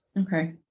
Okay